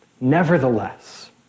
Nevertheless